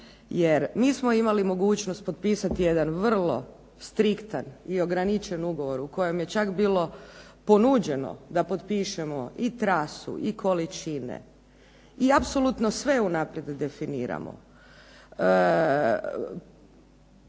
Jer mi smo imali mogućnost potpisati jedan vrlo striktan i ograničen ugovor u kojem je čak bilo ponuđeno da potpišemo i trasu i količine i apsolutno sve unaprijed definiramo.